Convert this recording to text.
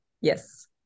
Yes